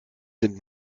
sind